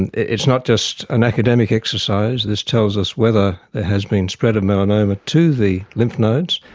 and it's not just an academic exercise, this tells us whether there has been spread of melanoma to the lymph nodes,